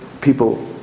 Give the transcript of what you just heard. people